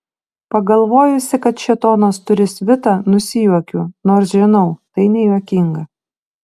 pagalvojusi kad šėtonas turi svitą nusijuokiu nors žinau tai nejuokinga